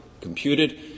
computed